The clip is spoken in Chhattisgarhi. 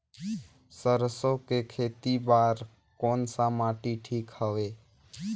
सरसो के खेती बार कोन सा माटी ठीक हवे?